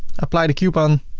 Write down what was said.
apply the coupon